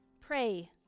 pray